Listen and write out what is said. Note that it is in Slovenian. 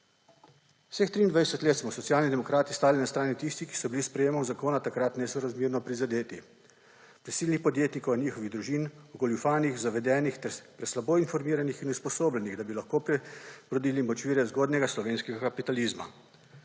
Vseh 23 let smo Socialni demokrati stali na strani tistih, ki so bili s sprejetjem zakona takrat nesorazmerno prizadeti, prisilnih podjetnikov in njihovih družin, ogoljufanih, zavedenih ter preslabo informiranih in usposobljenih, da bi lahko prebrodili močvirje zgodnjega slovenskega kapitalizma.